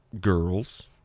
Girls